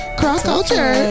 cross-culture